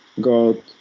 God